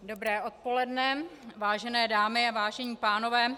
Dobré odpoledne, vážené dámy a vážení pánové.